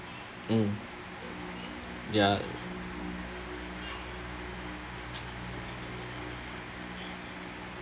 mm ya